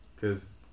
cause